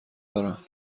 دارم